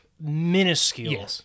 minuscule